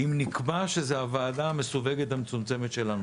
אם נקבע שזו הוועדה המסווגת המצומצמת שלנו,